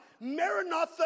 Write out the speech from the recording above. Maranatha